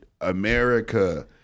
America